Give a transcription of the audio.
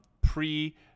pre